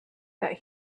that